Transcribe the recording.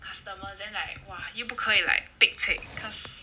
customer then like !wah! 又不可以 like pek cek because